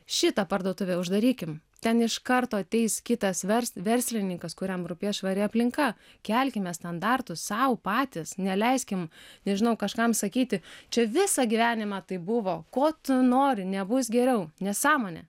šitą parduotuvę uždarykim ten iš karto ateis kitas vers verslininkas kuriam rūpės švari aplinka kelkime standartus sau patys neleiskim nežinau kažkam sakyti čia visą gyvenimą taip buvo ko tu nori nebus geriau nesąmonė